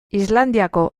islandiako